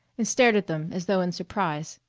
and stared at them as though in surprise.